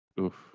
Oof